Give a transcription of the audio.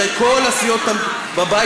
שכל הסיעות בבית,